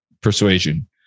persuasion